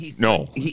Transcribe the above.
No